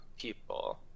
people